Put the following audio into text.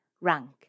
rank